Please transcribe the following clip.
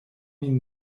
min